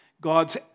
God's